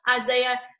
Isaiah